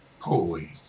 Holy